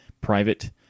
private